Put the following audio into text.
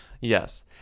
Yes